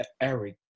Eric